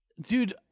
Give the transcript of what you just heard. Dude